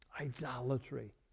Idolatry